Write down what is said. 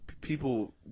people